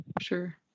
Sure